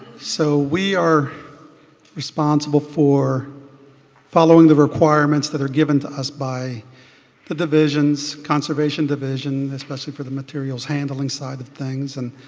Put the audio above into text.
so we are responsible for following the requirements that are given to us by the division conservation division, especially for the material handling side of things. and